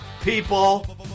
People